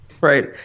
Right